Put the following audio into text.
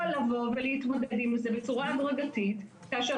או לבוא ולהתמודד עם זה בצורה הדרגתית כאשר